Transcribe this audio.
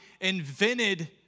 invented